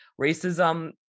Racism